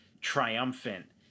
triumphant